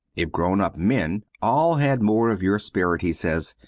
if grown up men all had more of your spirit, he says,